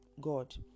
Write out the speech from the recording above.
God